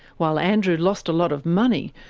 while andrew lost a lot of money,